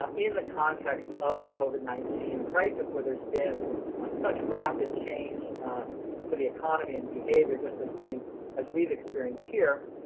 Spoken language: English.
um in the context of the covid nineteen crisis where there's been such rapid change to the economy and behavior, just as we've as we've experienced here.